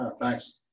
Thanks